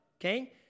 okay